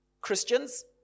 Christians